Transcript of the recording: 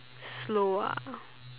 slow ah